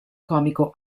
comico